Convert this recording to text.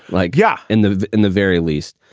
like, yeah, in the in the very least,